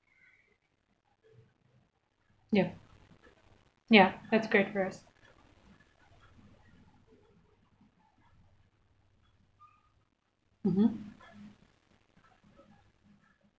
ya ya that's great for us mmhmm